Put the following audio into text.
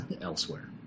elsewhere